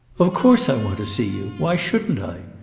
of course i want to see you. why shouldn't i?